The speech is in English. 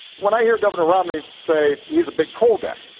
when i hear governor romney say he's a big coal guy.